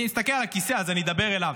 אני מסתכל על הכיסא אז אני אדבר אליו.